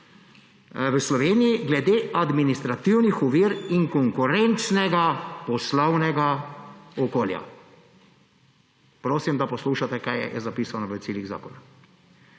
v Sloveniji glede administrativnih ovir in konkurenčnega poslovnega okolja. Prosim, da poslušate, kaj je zapisano v ciljih zakona.